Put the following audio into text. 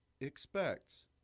expects